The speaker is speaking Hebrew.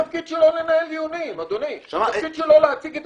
שהוא מפר כל עיקרון של משפט שלמדנו ולימדנו לאורך כל